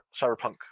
cyberpunk